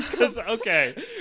okay